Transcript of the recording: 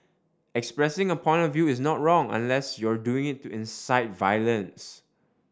expressing a point of view is not wrong unless you're doing it to incite violence